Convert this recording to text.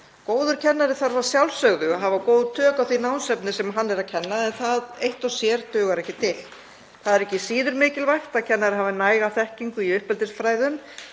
Góður kennari þarf að sjálfsögðu að hafa góð tök á því námsefni sem hann er að kenna, en það eitt og sér dugar ekki til. Það er ekki síður mikilvægt að kennarar hafi næga þekkingu í uppeldisfræðum.